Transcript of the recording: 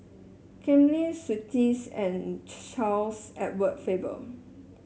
Ken Lim Twisstii and Charles Edward Faber